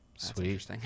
Sweet